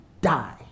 die